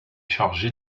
chargé